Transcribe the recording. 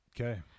Okay